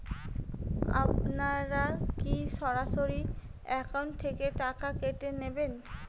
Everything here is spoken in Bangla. আপনারা কী সরাসরি একাউন্ট থেকে টাকা কেটে নেবেন?